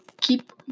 keep –